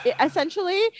essentially